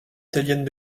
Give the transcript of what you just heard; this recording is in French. italiennes